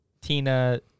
Tina